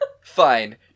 Fine